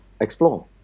Explore